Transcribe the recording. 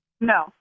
No